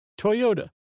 Toyota